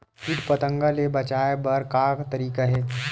कीट पंतगा ले बचाय बर का तरीका हे?